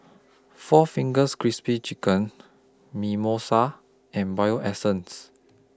four Fingers Crispy Chicken Mimosa and Bio Essence